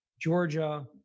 Georgia